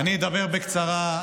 אני אדבר בקצרה.